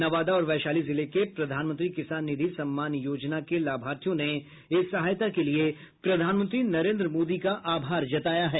नवादा और वैशाली जिले के प्रधानमंत्री किसान निधि सम्मान योजना के लाभार्थियों ने इस सहायता के लिए प्रधानमंत्री नरेंद्र मोदी का आभार जताया है